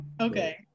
Okay